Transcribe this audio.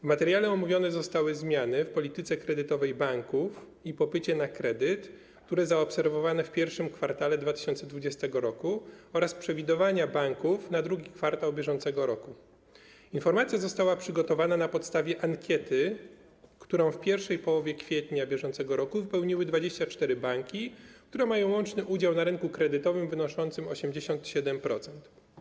W materiale omówione zostały zmiany w polityce kredytowej banków i popycie na kredyt, które zostały zaobserwowane w I kwartale 2020 r., oraz przewidywania banków na II kwartał br. Informacja została przygotowana na podstawie ankiety, którą w pierwszej połowie kwietnia br. wypełniły 24 banki, które mają łączny udział na rynku kredytowym wynoszący 87%.